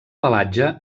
pelatge